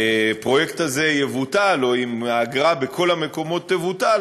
הפרויקט הזה יבוטל או אם האגרה בכל המקומות תבוטל,